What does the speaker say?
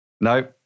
No